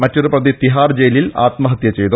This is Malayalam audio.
മറ്റൊരു പ്രതി തിഹാർ ജയിലിൽ ആത്മഹത്യ ചെയ്തു